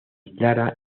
clara